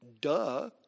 duh